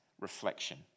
reflection